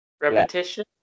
Repetition